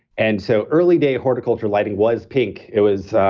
and so, early day horticulture lighting was pink, it was.